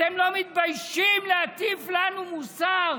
אתם לא מתביישים להטיף לנו מוסר,